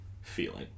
feeling